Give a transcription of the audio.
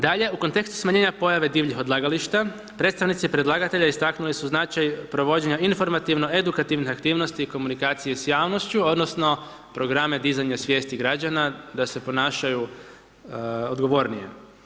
Dalje, u kontekstu smanjenja pojave divljih odlagališta, predstavnici predlagatelja istaknuli su značaj provođenja informativno edukativnih aktivnosti i komunikaciju s javnošću odnosno programe dizanja svijesti građana da se ponašaju odgovornije.